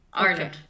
okay